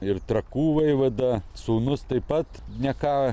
ir trakų vaivada sūnus taip pat ne ką